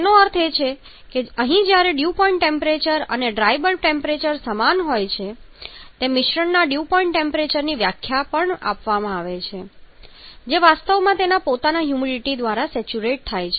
તેનો અર્થ એ કે અહીં જ્યારે ડ્યૂ પોઈન્ટ ટેમ્પરેચર અને ડ્રાય બલ્બ ટેમ્પરેચર સમાન હોય છે તે મિશ્રણના ડ્યૂ પોઈન્ટ ટેમ્પરેચરની વ્યાખ્યામાં પણ આવે છે જે વાસ્તવમાં તેના પોતાના હ્યુમિડિટી દ્વારા સેચ્યુરેટ થાય છે